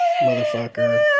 Motherfucker